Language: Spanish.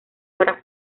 para